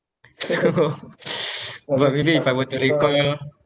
so but really if I were to recall